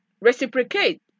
reciprocate